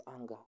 anger